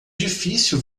difícil